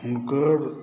हुनकर